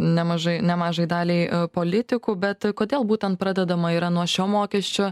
nemažai nemažai daliai politikų bet kodėl būtent pradedama yra nuo šio mokesčio